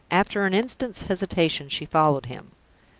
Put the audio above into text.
after an instant's hesitation, she followed him.